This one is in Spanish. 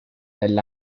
del